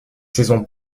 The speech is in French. saisons